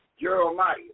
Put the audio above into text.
Jeremiah